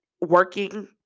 working